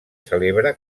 celebra